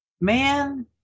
man